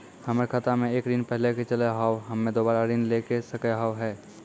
हमर खाता मे एक ऋण पहले के चले हाव हम्मे दोबारा ऋण ले सके हाव हे?